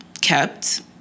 kept